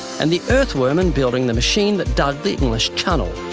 and the earthworm in building the machine that dug the english chunnel.